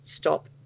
stop